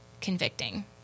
convicting